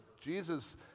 Jesus